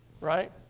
right